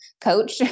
coach